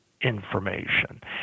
information